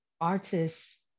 artists